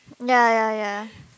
ya ya ya